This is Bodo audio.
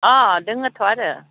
अ दोङोथ' आरो